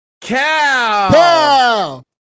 cow